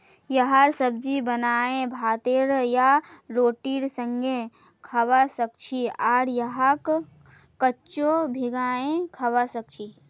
यहार सब्जी बनाए भातेर या रोटीर संगअ खाबा सखछी आर यहाक कच्चो भिंगाई खाबा सखछी